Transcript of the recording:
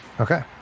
Okay